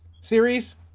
series